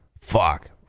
fuck